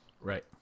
Right